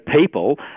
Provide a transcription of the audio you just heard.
people